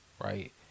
right